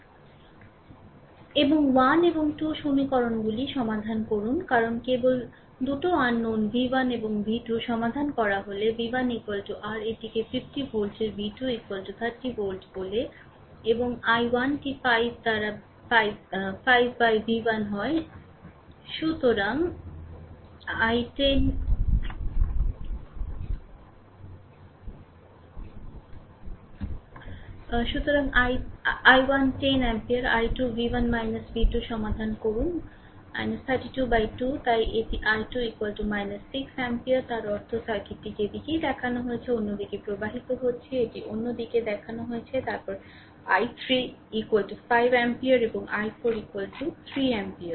এবং 1 এবং 2 সমীকরণগুলি সমাধান করুন কারণ কেবল 2 অজানা v1 এবং v2 সমাধান করা হলে v 1 r এটিকে 50 ভোল্টের v 2 30 ভোল্ট বলে এবং i1টি 5 v 1 হয় সুতরাং i1 10 ampere i2 v 1 v 2 সমাধান করুন 32 বাই 2 তাই এটি i2 6 এমপিয়ার তার অর্থ সার্কিটটি যেদিকেই দেখানো হয়েছে অন্যদিকে প্রবাহিত হচ্ছে এটি অন্য দিকে দেখানো হয়েছে তারপর i3 5 অ্যাম্পিয়ার এবং i4 3 অ্যাম্পিয়ার